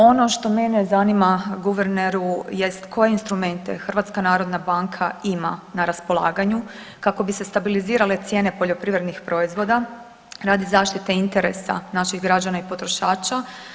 Ono što mene zanima guverneru jest koje instrumente Hrvatska narodna banka ima na raspolaganju kako bi se stabilizirale cijene poljoprivrednih proizvoda radi zaštite interesa naših građana i potrošača.